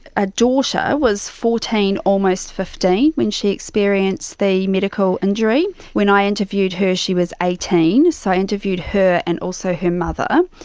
a daughter was fourteen, almost fifteen when she experienced the medical injury. when i interviewed her she was eighteen, so i interviewed her and also her mother.